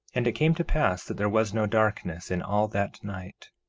and it came to pass that there was no darkness in all that night,